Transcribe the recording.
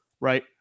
right